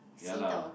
ya lah